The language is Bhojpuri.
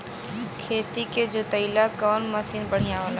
खेत के जोतईला कवन मसीन बढ़ियां होला?